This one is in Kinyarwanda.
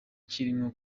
kirimwo